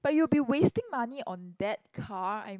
but you'll be wasting money on that car I'm